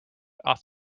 off